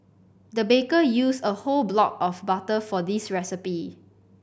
the baker used a whole block of butter for this recipe